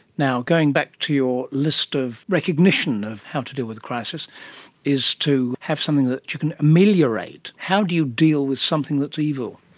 now, going back to your list of recognition of how to deal with a crisis is to have something that you can ameliorate. how do you deal with something that's evil?